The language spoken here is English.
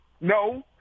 no